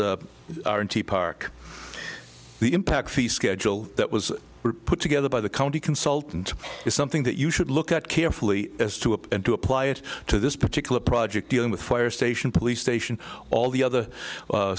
park the impact fee schedule that was put together by the county consultant is something that you should look at carefully as to append to apply it to this particular project dealing with fire station police station all the other